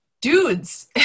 dudes